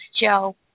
Joe